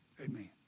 Amen